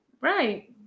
Right